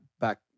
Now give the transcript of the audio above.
back